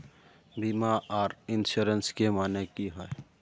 बीमा आर इंश्योरेंस के माने की होय?